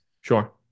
Sure